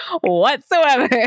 whatsoever